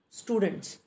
students